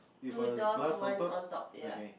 two doors one on top ya